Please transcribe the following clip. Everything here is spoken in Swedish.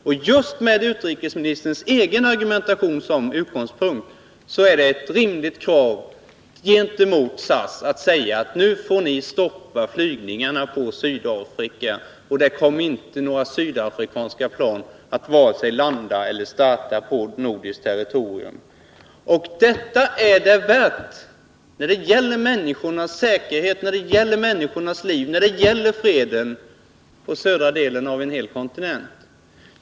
Fredagen den Med utrikesministerns egen argumentation som utgångspunkt är det ett 16 november 1979 rimligt krav att till SAS säga: Nu får ni stoppa flygningarna på Sydafrika, och några sydafrikanska plan kommer varken att få landa eller starta på nordiskt Om åtgärder för territorium. Det är det värt, när det gäller människornas säkerhet och liv och — att stoppa SAS freden på södra delen av en hel kontinent.